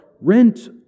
rent